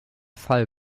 fall